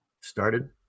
started